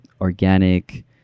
organic